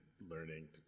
learning